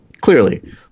clearly